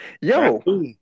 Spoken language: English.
yo